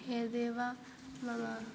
एतदेव मम